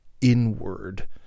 inward